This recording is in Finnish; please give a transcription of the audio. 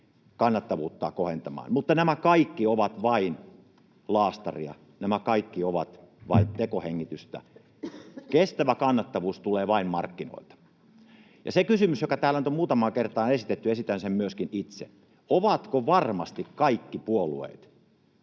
kannattavuutta kohentamaan, mutta nämä kaikki ovat vain laastaria, nämä kaikki ovat vain tekohengitystä. Kestävä kannattavuus tulee vain markkinoilta. Sen kysymyksen, joka täällä nyt on muutamaan kertaan esitetty, esitän myöskin itse: ovatko varmasti kaikki puolueet